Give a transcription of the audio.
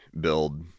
build